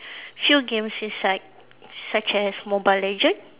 few games inside such as mobile legend